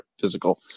physical